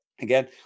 again